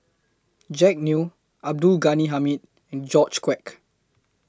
Jack Neo Abdul Ghani Hamid and George Quek